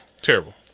Terrible